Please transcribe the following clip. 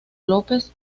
lópez